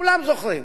כולם זוכרים,